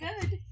good